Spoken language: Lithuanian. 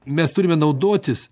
mes turime naudotis